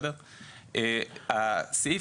הסעיף,